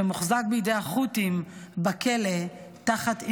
שמוחזק בידי החות'ים בכלא תחת עינויים.